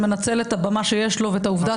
שמנצל את הבמה שיש לו ואת העובדה --- את